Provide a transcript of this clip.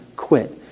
Quit